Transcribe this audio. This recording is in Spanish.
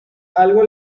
algo